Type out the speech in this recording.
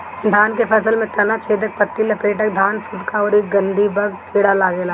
धान के फसल में तना छेदक, पत्ति लपेटक, धान फुदका अउरी गंधीबग कीड़ा लागेला